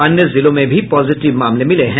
अन्य जिलों में भी पॉजिटिव मामले मिले हैं